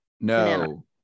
No